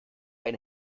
eine